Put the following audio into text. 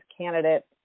candidate